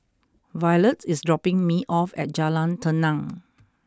Violette is dropping me off at Jalan Tenang